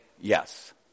yes